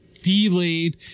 delayed